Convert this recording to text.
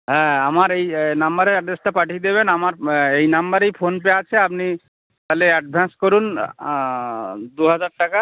হ্যাঁ আমার এই নাম্বারে অ্যাড্রেসটা পাঠিয়ে দেবেন আমার এই নাম্বারেই ফোনপে আছে আপনি তাহলে অ্যাডভান্স করুন দু হাজার টাকা